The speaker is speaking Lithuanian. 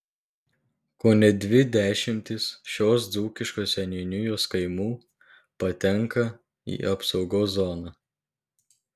kone dvi dešimtys šios dzūkiškos seniūnijos kaimų patenka į apsaugos zoną